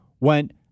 went